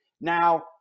Now